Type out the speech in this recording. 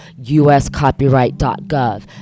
uscopyright.gov